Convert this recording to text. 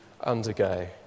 undergo